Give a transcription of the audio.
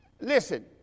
listen